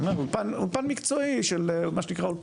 אני אומר אולפן מקצועי של, מה שנקרא.